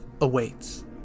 awaits